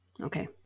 Okay